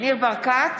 ניר ברקת,